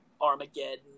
Armageddon